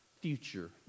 Future